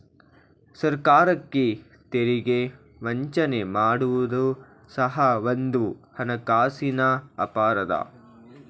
ಸರ್ಕಾರಕ್ಕೆ ತೆರಿಗೆ ವಂಚನೆ ಮಾಡುವುದು ಸಹ ಒಂದು ಹಣಕಾಸಿನ ಅಪರಾಧ